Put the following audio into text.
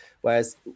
Whereas